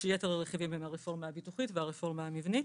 כשיתר הרכיבים הם הרפורמה הביטוחית והרפורמה המבנית,